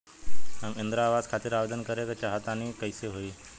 हम इंद्रा आवास खातिर आवेदन करे क चाहऽ तनि कइसे होई?